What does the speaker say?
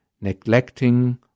neglecting